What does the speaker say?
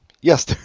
Yes